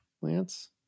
Lance